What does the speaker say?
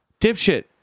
dipshit